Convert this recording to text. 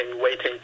waiting